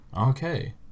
okay